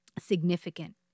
significant